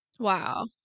Wow